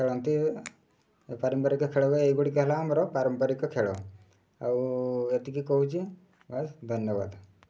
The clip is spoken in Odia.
ଖେଳନ୍ତି ଏ ପାରମ୍ପରିକ ଖେଳ ଏଇ ଗୁଡ଼ିକ ହେଲା ଆମର ପାରମ୍ପରିକ ଖେଳ ଆଉ ଏତିକି କହୁଛି ବସ୍ ଧନ୍ୟବାଦ